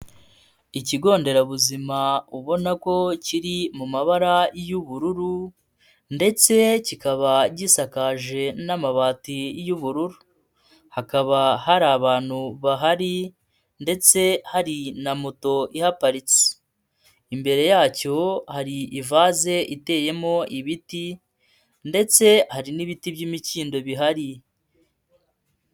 Ikigo nderabuzima ubona ko kiri mu mabara y'ubururu ndetse kikaba gisakaje n'amabati y'ubururu, hakaba hari abantu bahari ndetse hari na moto ihaparitse, imbere yacyo hari ivaze iteyemo ibiti ndetse hari n'ibiti by'imikindo bihari.